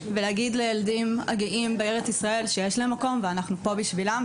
ולהגיד לילדים הגאים בארץ ישראל שיש להם מקום ואנחנו פה בשבילם,